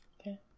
Okay